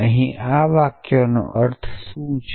અહી આ વાક્યનો અર્થ શું છે